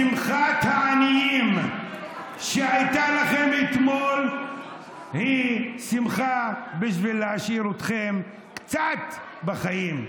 שמחת העניים שהייתה לכם אתמול היא שמחה בשביל להשאיר אתכם קצת בחיים.